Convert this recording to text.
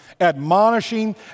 admonishing